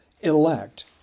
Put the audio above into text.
elect